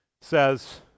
says